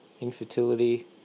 infertility